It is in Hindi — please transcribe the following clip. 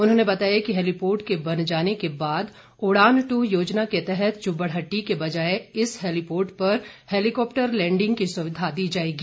उन्होंने बताया कि हैलीपोर्ट के बन जाने के बाद उड़ान टू योजना के तहत जुब्बड़हट्टी के बजाय इस हैलीपोर्ट पर हैलीकॉप्टर लैंडिंग की सुविधा दी जाएगी